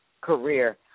career